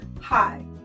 Hi